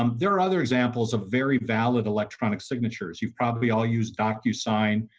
um there are other examples of very valid electronic signatures you've probably all use docu sign.